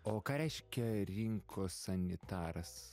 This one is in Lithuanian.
o ką reiškia rinkos sanitaras